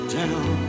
down